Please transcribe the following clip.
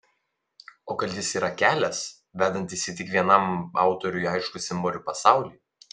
o gal jis yra kelias vedantis į tik vienam autoriui aiškų simbolių pasaulį